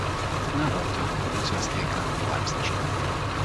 ne veltui evoliucijos eiga laipsniška